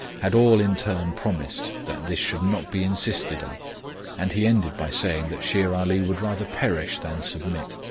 had all in turn promised that this should not be insisted on and he ended by saying that shere ali would rather perish than submit.